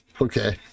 Okay